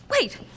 Wait